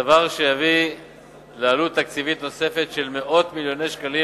דבר שיביא לעלות תקציבית נוספת של מאות מיליוני שקלים